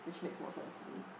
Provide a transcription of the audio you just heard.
which makes more sense to me